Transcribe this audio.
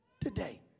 today